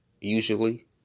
usually